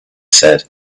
said